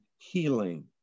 healing